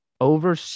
over